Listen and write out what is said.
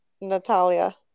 Natalia